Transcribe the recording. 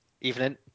Evening